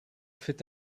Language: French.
fait